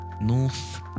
North